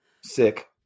sick